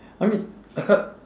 I mean I can't